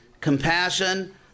compassion